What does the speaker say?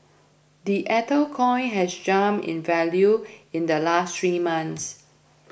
the ether coin has jumped in value in the last three months